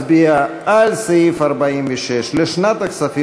חברי הכנסת, בעד,